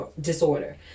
disorder